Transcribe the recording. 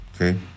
Okay